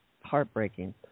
heartbreaking